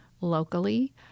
locally